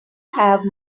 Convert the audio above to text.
have